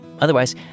Otherwise